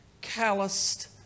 calloused